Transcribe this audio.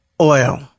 oil